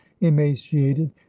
emaciated